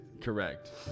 Correct